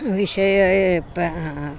विषये पा